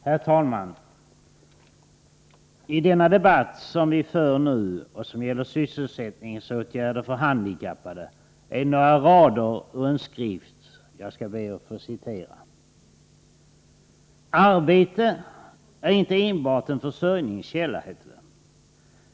Herr talman! I den debatt som vi nu för och som gäller sysselsättningsåtgärder för handikappade skall jag be att få citera några rader ur en skrift: ”Arbete är inte enbart en försörjningskälla.